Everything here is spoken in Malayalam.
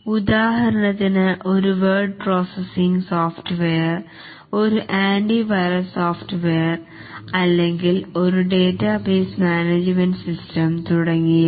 ഉദാഹരണത്തിന് ഒരു വേർഡ് പ്രോസസിംഗ് സോഫ്റ്റ്വെയർ ഒരു ആൻറിവൈറസ് സോഫ്റ്റ്വെയർ അല്ലെങ്കിൽ ഒരു ഡാറ്റാബേസ് മാനേജ്മെൻറ് സിസ്റ്റം തുടങ്ങിയവ